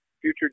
future